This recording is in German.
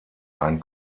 ein